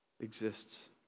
exists